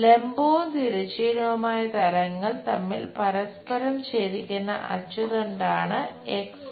ലംബവും തിരശ്ചീനവുമായ തലങ്ങൾ തമ്മിൽ പരസ്പരം ഛേദിക്കുന്ന അച്ചുതണ്ടാണ് X Y